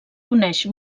coneix